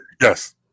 Yes